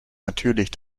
natürlich